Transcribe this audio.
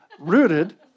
Rooted